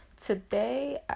Today